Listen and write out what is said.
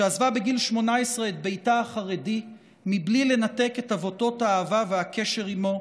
שעזבה בגיל 18 את ביתה החרדי בלי לנתק את עבותות האהבה והקשר עימו,